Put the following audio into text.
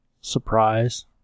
surprise